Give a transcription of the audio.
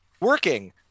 working